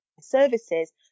services